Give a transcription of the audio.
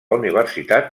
universitat